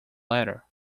latter